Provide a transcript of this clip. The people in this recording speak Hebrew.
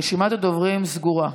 רשימת הדוברים סגורה.